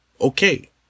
okay